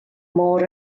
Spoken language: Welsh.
môr